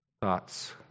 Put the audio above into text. Thoughts